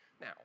Now